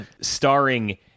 starring